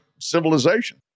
civilization